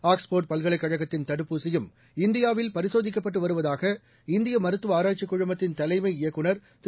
ஆக்ஸ்போர்டுபல்கலைக் கழகத்தின் தடுப்பூசியும் இந்தியாவில் பரிசோதிக்கப்பட்டுவருவதாக இந்தியமருத்துவஆராய்ச்சிக் குழுமத்தின் தலைமை இயக்குநர் திரு